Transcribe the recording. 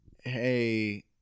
hey